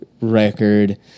record